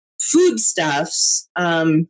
foodstuffs